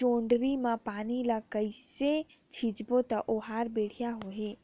जोणी मा पानी ला कइसे सिंचबो ता ओहार बेडिया होही?